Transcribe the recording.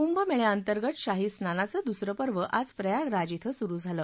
कुंभमेळ्या अंतर्गत शाही स्नानाचं दुसरं पर्व आज प्रयागराज इथं सुरु झालं